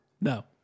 No